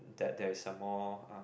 that there is a more um